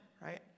right